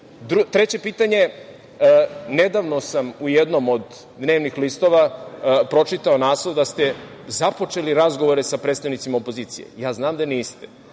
pitanje. Nedavno sam u jednom od dnevnih listova pročitao naslov da ste započeli razgovore sa predstavnicima opozicije. Ja znam da niste,